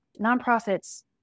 nonprofits